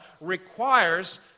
requires